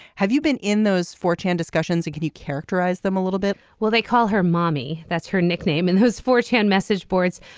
have you been in those four chan discussions and can you characterize them a little bit well they call her mommy that's her nickname and those forehand message boards.